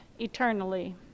eternally